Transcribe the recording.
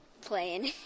Playing